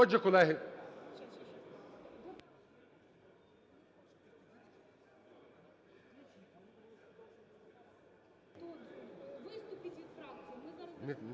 Дякую.